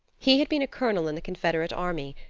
he had been a colonel in the confederate army,